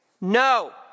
No